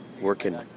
working